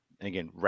again